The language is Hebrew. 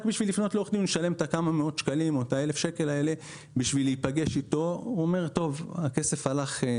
כדי לפנות לעורך דין הוא ישלם כמה מאות שקלים ולכן הוא אומר שהכסף הלך.